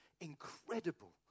incredible